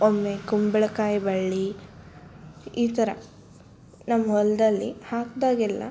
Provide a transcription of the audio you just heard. ಒಮ್ಮೆ ಕುಂಬಳಕಾಯಿ ಬಳ್ಳಿ ಈ ಥರ ನಮ್ಮ ಹೊಲದಲ್ಲಿ ಹಾಕಿದಾಗೆಲ್ಲ